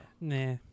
nah